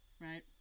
right